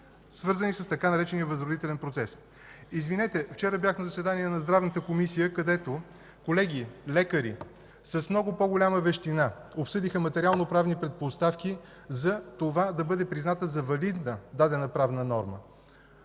свързани с така наречения „възродителен процес”.” Извинете, вчера бях на заседание на Здравната комисия, където колеги лекари с много по-голяма вещина обсъдиха материално-правни предпоставки за това да бъде призната за валидна дадена правна норма.